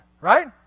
Right